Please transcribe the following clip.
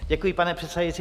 Děkuji, pane předsedající.